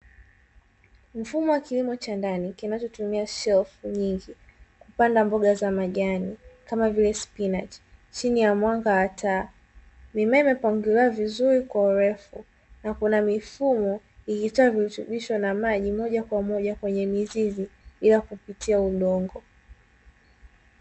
Mfumo wa kilimo cha ndani kinachotumia shelfu nyingi kuna vifaa vinavuopandwa kwa kutumia maji bila kutumia udongo